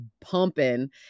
pumping